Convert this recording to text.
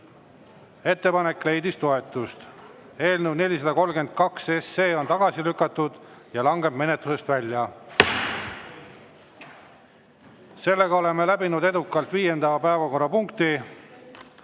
Ettepanek leidis toetust. Eelnõu 432 on tagasi lükatud ja langeb menetlusest välja. Seega oleme läbinud edukalt viienda päevakorrapunkti.